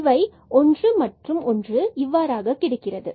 இவை 1 and 1 இவ்வாறாக கிடைக்கிறது